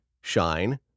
Shine